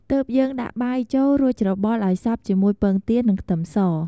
ទើបយើងដាក់បាយចូល រួចច្របល់ឱ្យសព្វជាមួយពងទា និងខ្ទឹមស។